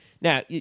Now